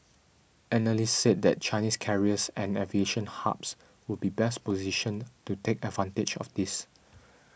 analysts said that Chinese carriers and aviation hubs would be best positioned to take advantage of this